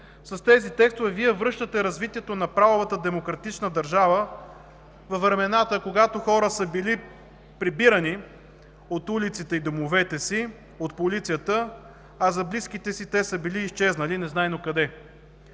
С тези текстове Вие връщате развитието на правовата демократична държава във времената, когато хора са били прибирани от улиците и домовете си от полицията, а за близките си те са били изчезнали незнайно къде.